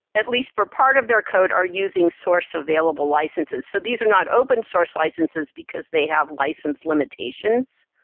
at least for part of their code are using source available licenses. so these are not open source licenses, because they have license limitations.